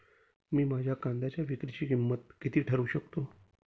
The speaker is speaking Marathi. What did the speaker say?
मी माझ्या कांद्यांच्या विक्रीची किंमत किती ठरवू शकतो?